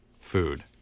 food